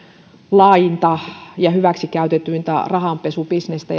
laajinta ja hyväksikäytetyintä rahanpesubisnestä